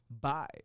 Bye